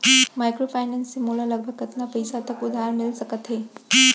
Microfinance से मोला लगभग कतना पइसा तक उधार मिलिस सकत हे?